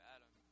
Adam